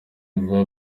vuba